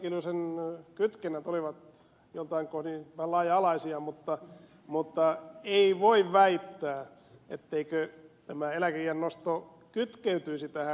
anneli kiljusen kytkennät olivat joiltain kohdin vähän laaja alaisia mutta ei voi väittää etteikö tämä eläkeiän nosto kytkeytyisi tähän